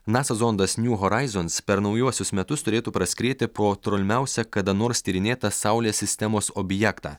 nasa zondas new horizons per naujuosius metus turėtų praskrieti pro tolimiausią kada nors tyrinėtą saulės sistemos objektą